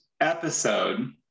episode